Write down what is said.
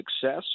success